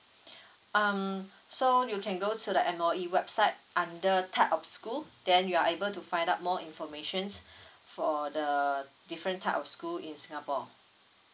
um so you can go to the M_O_E website under type of school then you are able to find out more informations for the different type of school in singapore